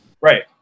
right